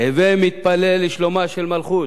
"הווי מתפלל בשלומה של מלכות,